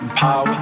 power